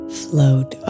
float